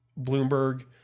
Bloomberg